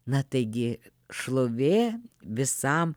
na taigi šlovė visam